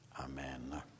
amen